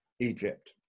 Egypt